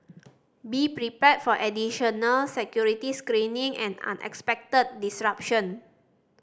be prepared for additional security screening and unexpected disruption